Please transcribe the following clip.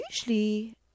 usually